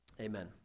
Amen